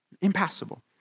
Impassable